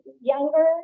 younger